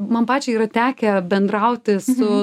man pačiai yra tekę bendrauti su